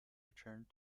returned